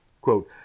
Quote